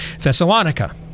Thessalonica